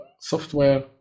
software